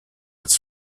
its